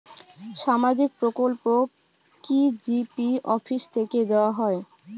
সামাজিক প্রকল্প কি জি.পি অফিস থেকে দেওয়া হয়?